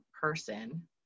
person